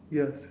yes